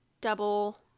double